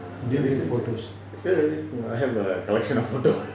do you have photos